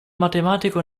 matematico